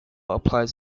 applies